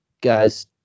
guys